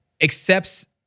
accepts